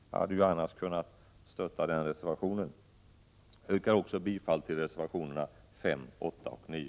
Jag hade ju annars kunnat stödja den reservationen. Jag yrkar också bifall till reservationerna 5, 8 och 9.